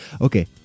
Okay